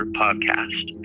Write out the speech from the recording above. podcast